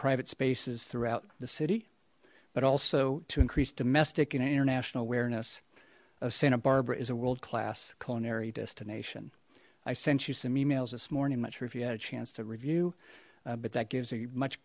private spaces throughout the city but also to increase domestic and international awareness of santa barbara is a world class culinary destination i sent you some emails this morning much sir if you had a chance to review but that gives a much